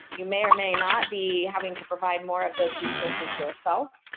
you may or may not be having to provide more of those resources yourself.